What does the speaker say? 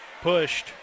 Pushed